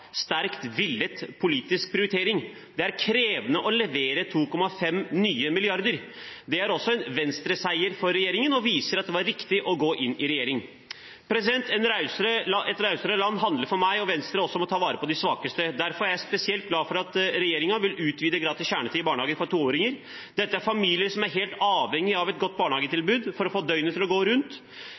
sterkt villet politisk prioritering. Det er krevende å levere 2,5 nye milliarder. Det er også en Venstre-seier for regjeringen og viser at det var riktig å gå inn i regjering. Et rausere land handler for Venstre og meg om å ta vare på de svakeste. Derfor er jeg spesielt glad for at regjeringen vil utvide gratis kjernetid i barnehagen for toåringer. Dette er familier som er helt avhengig av et godt barnehagetilbud for å få døgnet til å gå rundt,